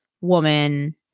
woman